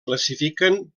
classifiquen